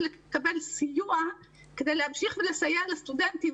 לקבל סיוע כדי להמשיך ולסייע לסטודנטים.